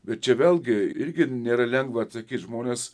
bet čia vėlgi irgi nėra lengva atsakyt žmonės